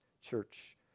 church